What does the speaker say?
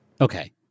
Okay